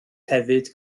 hefyd